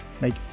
make